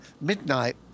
Midnight